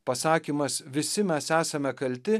pasakymas visi mes esame kalti